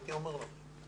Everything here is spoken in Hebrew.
הייתי אומר לכם.